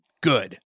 good